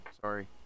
Sorry